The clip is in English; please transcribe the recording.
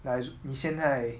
like 你现在